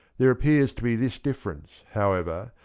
here appears to be this difference, however,